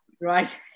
right